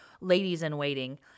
ladies-in-waiting